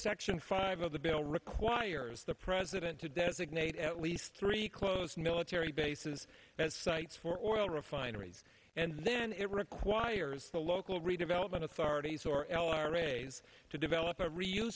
section five of the bill requires the president to designate at least three close military bases as sites for oil refineries and then it requires the local redevelopment authorities or l r a's to develop a re